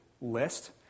list